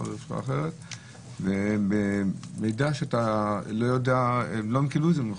זה מידע שהם לא קיבלו ממך,